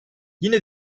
yine